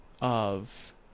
of-